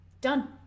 Done